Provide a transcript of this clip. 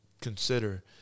consider